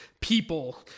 people